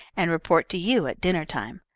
and report to you at dinner-time.